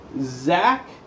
Zach